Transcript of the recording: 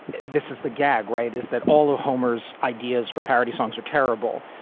this is the gag ride is that all of homer's ideas for parody songs are terrible,